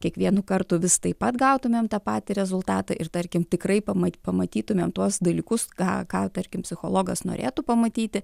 kiekvienu kartu vis taip pat gautumėm tą patį rezultatą ir tarkim tikrai pamat pamatytumėm tuos dalykus ką ką tarkim psichologas norėtų pamatyti